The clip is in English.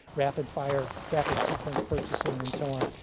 rapid fire, rapid sequence purchasing, and so on.